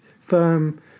firm